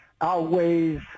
outweighs